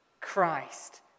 Christ